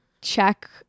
check